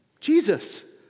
Jesus